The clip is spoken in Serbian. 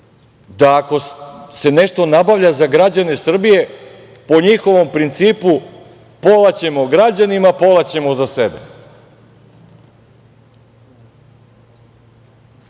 da ako se nešto nabavlja za građane Srbije po njihovom principu pola ćemo građanima, pola ćemo za sebe,